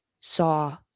saw